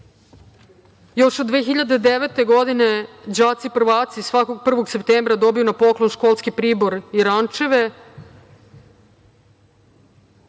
Još od 2009. godine đaci prvaci svakog 1. septembra dobiju na poklon školski pribor i rančeve. Tokom